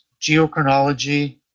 geochronology